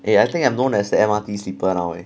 eh I think I'm known as the M_R_T sleeper now eh